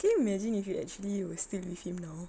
can you imagine if you actually were still with him now